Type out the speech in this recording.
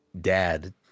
dad